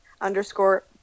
underscore